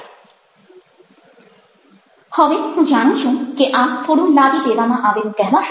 Refer Slide Time 1544 હવે હું જાણું છું કે આ થોડું લાદી દેવામાં આવેલું કહેવાશે